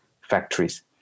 factories